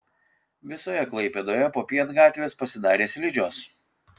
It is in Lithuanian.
visoje klaipėdoje popiet gatvės pasidarė slidžios